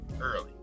early